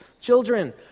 children